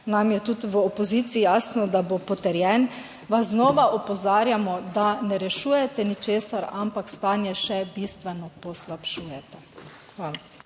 nam je tudi v opoziciji jasno, da bo potrjen, vas znova opozarjamo, da ne rešujete ničesar, ampak stanje še bistveno poslabšujete. Hvala.